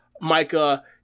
Micah